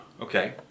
okay